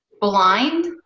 blind